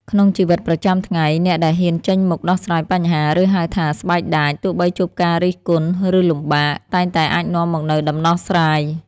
ក្នុងជីវិតប្រចាំថ្ងៃ អ្នកដែលហ៊ានចេញមុខដោះស្រាយបញ្ហា ឬហៅថា ស្បែកដាច ទោះបីជួបការរិះគន់ ឬលំបាក តែងតែអាចនាំមកនូវដំណោះស្រាយ។